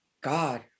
God